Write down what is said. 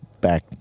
back